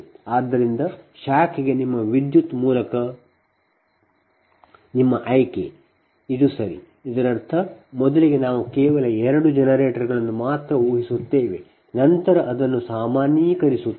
ಆದ್ದರಿಂದ ಶಾಖೆಗೆ ನಿಮ್ಮ ವಿದ್ಯುತ್ ನ ಮೂಲಕ ನಿಮ್ಮ I K ಇದು ಸರಿ ಇದರರ್ಥ ಮೊದಲಿಗೆ ನಾವು ಕೇವಲ 2 ಜನರೇಟರ್ಗಳನ್ನು ಮಾತ್ರ ಊಹಿಸುತ್ತೇವೆ ಅದರ ನಂತರ ನಾವು ಅದನ್ನು ಸಾಮಾನ್ಯೀಕರಿಸುತ್ತೇವೆ